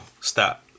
stop